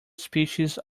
species